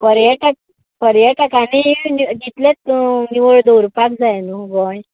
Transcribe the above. पर्येटक पर्येटकांनीय तितलेंच नितळ दवरपाक जाय न्हू गोंय